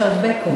יש הרבה כובעים.